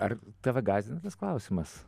ar tave gąsdina tas klausimas